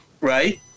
Right